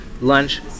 Lunch